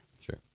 Sure